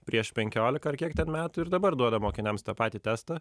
prieš penkiolika ar kiek metų ir dabar duoda mokiniams tą patį testą